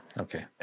Okay